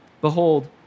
behold